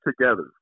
together